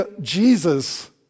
Jesus